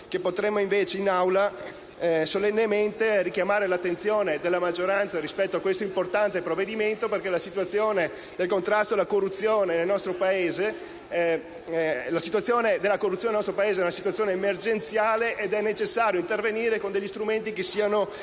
Aula potremmo solennemente richiamare l'attenzione della maggioranza rispetto a questo importante provvedimento, perché la situazione della corruzione nel nostro Paese è emergenziale ed è necessario intervenire con strumenti che siano